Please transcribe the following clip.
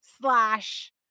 slash